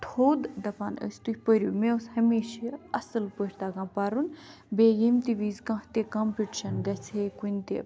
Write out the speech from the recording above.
تھوٚد دَپان ٲسۍ تُہۍ پٔرِو مےٚ اوٗس ہمیشہِ اصٕل پٲٹھۍ تَگان پَرُن بیٚیہِ ییٚمہِ تہِ وِزِ کانٛہہ تہِ کَمپِٹِشَن گَژھہِ ہا کُنہِ تہِ